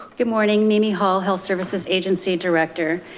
good morning, mimi hall, health services agency director.